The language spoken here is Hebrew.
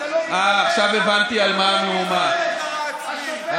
זכות ההגדרה העצמית של הפלסטינים,